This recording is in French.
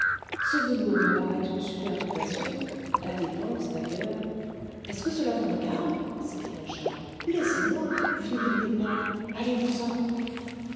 ce velours me parait une superfétation la dépense d'ailleurs est-ce que cela vous regarde s'écria charles laissez-moi vous ne l'aimiez pas allez-vous-en